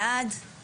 הצבעה אושר ההצבעה